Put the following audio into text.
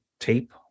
tape